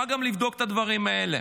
אפשר גם לבדוק את הדברים האלה.